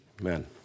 Amen